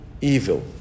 evil